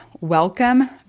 welcome